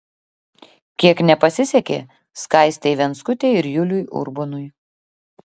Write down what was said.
kiek nepasisekė skaistei venckutei ir juliui urbonui